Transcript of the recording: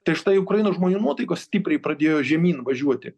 tai štai ukrainos žmonių nuotaikos stipriai pradėjo žemyn važiuoti